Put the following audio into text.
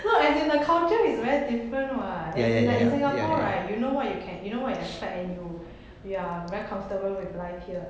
no as in the culture is very different [what] as in like in singapore right you know what you can you know what you expect and you ya very comfortable with life here